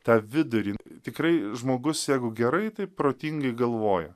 tą vidurį tikrai žmogus jeigu gerai tai protingai galvoja